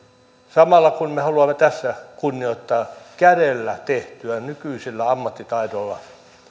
samalla me haluamme tässä kunnioittaa kädellä tehtyä nykyisellä ammattitaidolla